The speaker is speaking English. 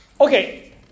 Okay